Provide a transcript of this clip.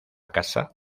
casa